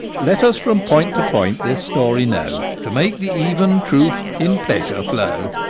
let us from point to point this story know, to make the even truth in pleasure flow.